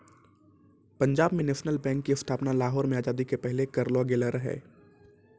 Punjab national bank के स्थापना लाहौर मे आजादी के पहिले करलो गेलो रहै